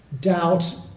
Doubt